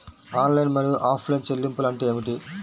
Online మరియు offline చెల్లింపులు అంటే ఏమిటి?